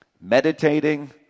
meditating